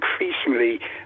increasingly